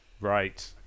Right